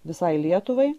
visai lietuvai